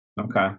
Okay